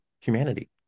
humanity